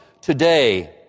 today